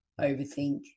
overthink